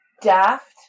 daft